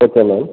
okay ma'am